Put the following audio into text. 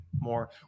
more